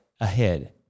ahead